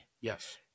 Yes